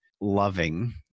loving